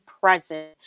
present